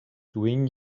doing